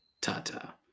Ta-ta